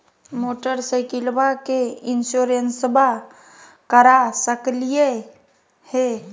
मोटरसाइकिलबा के भी इंसोरेंसबा करा सकलीय है?